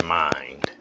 mind